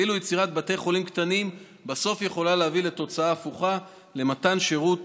ואילו יצירת בתי חולים קטנים בסוף יכולה להביא לתוצאה הפוכה: למתן שירות